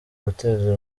guteza